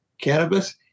cannabis